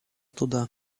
туда